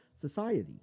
society